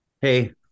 Hey